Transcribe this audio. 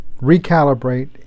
recalibrate